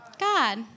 God